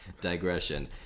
digression